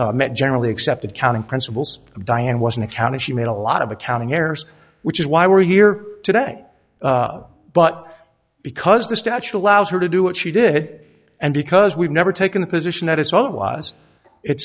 met generally accepted accounting principles diane was an accountant she made a lot of accounting errors which is why we're here today but because the statue allows her to do what she did and because we've never taken the position that it's all it was it